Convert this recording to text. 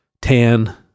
tan